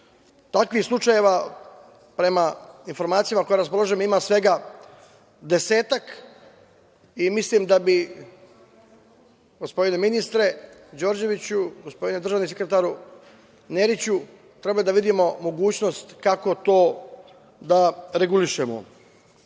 slučajeva prema informacijama kojima raspolažem ima svega desetak i mislim da bi, gospodine ministre Đorđeviću, gospodine državni sekretaru Neriću, trebali da vidimo mogućnost kako to da regulišemo. Meni